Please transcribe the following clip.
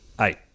Eight